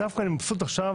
אני מבסוט עכשיו,